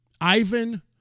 Ivan